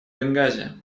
бенгази